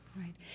right